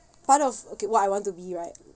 part of okay what I want to be right